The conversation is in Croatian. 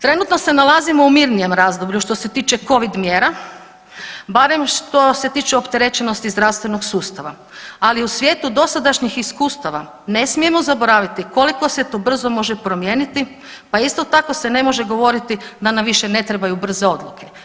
Trenutno se nalazimo u mirnijem razdoblju što se tiče covid mjera, barem što se tiče opterećenosti zdravstvenog sustava, ali u svijetu dosadašnjih iskustava ne smijemo zaboraviti koliko se to brzo može promijeniti, pa isto tako se ne može govoriti da nam više ne trebaju brze odluke.